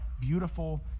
beautiful